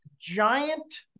giant